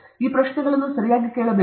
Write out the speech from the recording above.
ನೀವು ಈ ಪ್ರಶ್ನೆಗಳನ್ನು ಸರಿಯಾಗಿ ಕೇಳಬೇಕು